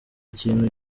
ikintu